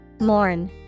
Mourn